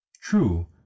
True